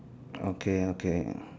okay okay